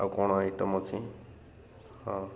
ଆଉ କ'ଣ ଆଇଟମ୍ ଅଛି ହଁ